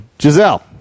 Giselle